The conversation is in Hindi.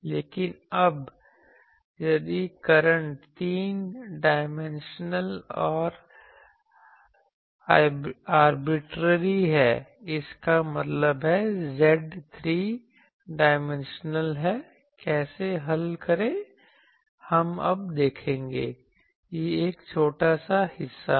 लेकिन अब यदि करंट 3 डाइमेंशनल और आर्बिट्रेरी है इसका मतलब है Z 3 डाइमेंशनल है कैसे हल करें हम अब देखेंगे यह एक छोटा सा हिस्सा है